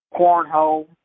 cornhole